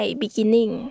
beginning